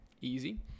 easy